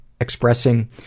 expressing